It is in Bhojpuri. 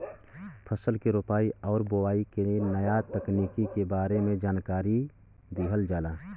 फसल के रोपाई आउर बोआई के नया तकनीकी के बारे में जानकारी दिहल जाला